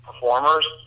performers